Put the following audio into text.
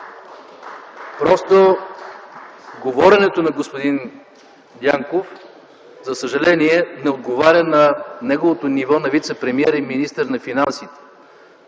Просто говоренето на господин Дянков за съжаление не отговаря на неговото ниво на вицепремиер и министър на финансите,